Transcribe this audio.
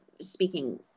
speaking